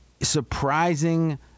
surprising